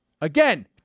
Again